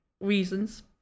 reasons